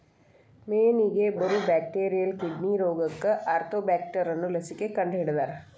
ಮೇನಿಗೆ ಬರು bacterial kidney ರೋಗಕ್ಕ ಆರ್ತೋಬ್ಯಾಕ್ಟರ್ ಅನ್ನು ಲಸಿಕೆ ಕಂಡಹಿಡದಾರ